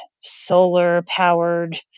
solar-powered